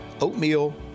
oatmeal